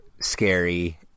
scary